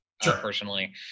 personally